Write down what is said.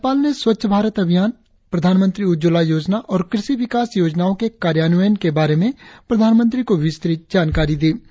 राज्यपाल ने स्वच्छ भारत अभियान प्रधानमंत्री उज्ज्वला योजना और क्रषि विकास योजनाओं के कार्यान्वयन के बारे में प्रधानमंत्री को विस्तृत जानकारी दी